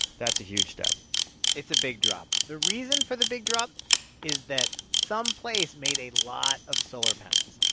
that's a huge step it's a big drop. the reason for the big drop is that some place made a lot of solar panels.